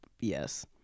yes